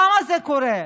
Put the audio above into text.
למה זה קורה?